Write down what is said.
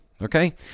Okay